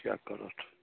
किए कहत